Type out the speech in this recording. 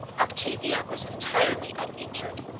octavia was entirely uninjured,